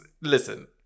listen